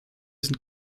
sind